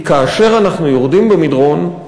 כי כאשר אנחנו יורדים במדרון,